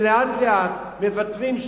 שלאט לאט מוותרים,